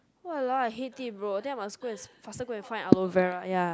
!walao! I hate it bro then I must go and faster go and find aloe vera ya